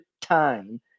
time